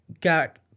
got